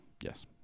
Yes